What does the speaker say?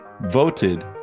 voted